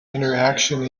interaction